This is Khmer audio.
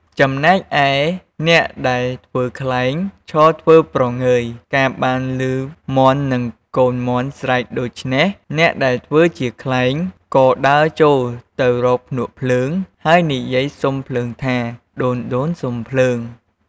ចំណែកឯ អ្នកដែលធ្វើខ្លែង ឈរធ្វើព្រងើយ កាលបានឮមាន់និងកូនមាន់ស្រែកដូច្នេះ អ្នកដែលធ្វើជាខ្លែងក៏ដើរចូលទៅរកភ្នក់ភ្លើង ហើយនិយាយសុំភ្លើងថា «ដូនៗសុំភ្លើង!»។